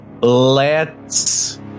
lets